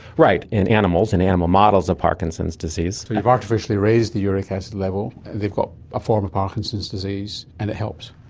right, in animals, in animal models of parkinson's disease. so you've artificially raised the uric acid level, they've got a form of parkinson's disease, and it helps.